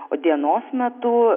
o dienos metu